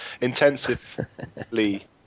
Intensively